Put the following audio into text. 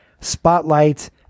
spotlight